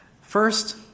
First